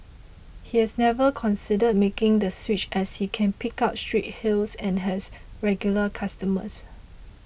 he has never considered making the switch as he can pick up street hails and has regular customers